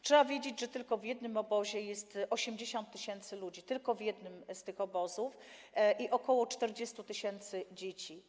Trzeba wiedzieć, że tylko w jednym obozie jest 80 tys. ludzi, tylko w jednym z tych obozów, i ok. 40 tys. dzieci.